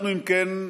אם כן,